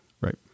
Right